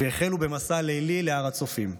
והחלו במסע לילי להר הצופים.